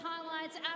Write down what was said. Highlights